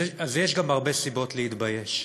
אז יש גם הרבה סיבות להתבייש.